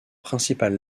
principal